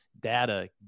data